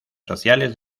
sociales